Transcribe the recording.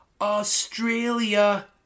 Australia